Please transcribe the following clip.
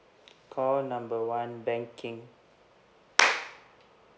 call number one banking